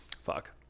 Fuck